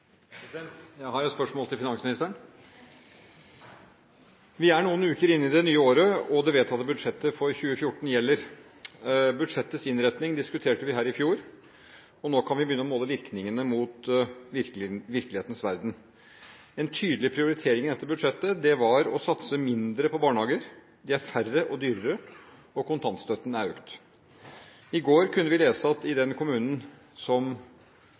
Jeg har et spørsmål til finansministeren. Vi er noen uker inne i det nye året, og det vedtatte budsjettet for 2014 gjelder. Budsjettets innretning diskuterte vi her i fjor, og nå kan vi begynne å måle virkningene mot virkelighetens verden. En tydelig prioritering i dette budsjettet var å satse mindre på barnehager. De er færre og dyrere, og kontantstøtten er økt. I går kunne vi lese at i den kommunen som